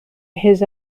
his